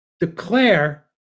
declare